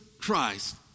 Christ